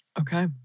Okay